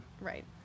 right